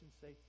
say